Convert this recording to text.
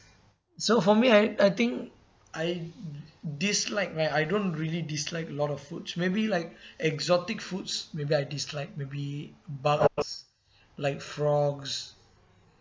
so for me I I think I dislike where I don't really dislike a lot of food maybe like exotic foods maybe I dislike maybe bugs like frogs